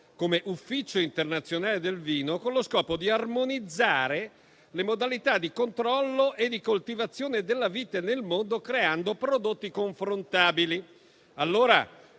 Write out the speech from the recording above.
come Ufficio internazionale del vino, con lo scopo di armonizzare le modalità di controllo e di coltivazione della vite nel mondo creando prodotti confrontabili.